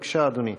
בבקשה, אדוני.